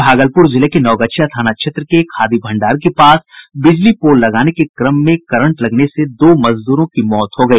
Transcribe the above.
भागलपुर जिले के नवगछिया थाना क्षेत्र के खादी भंडार के पास बिजली पोल लगाने के क्रम में करंट लगने से दो मजदूरों की मौत हो गई